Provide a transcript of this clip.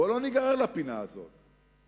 בואו לא ניגרר לפינה הזאת.